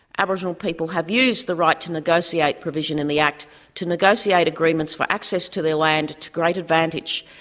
aboriginal people have used the right to negotiate provision in the act to negotiate agreements for access to their land to great advantage,